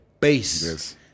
base